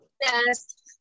Yes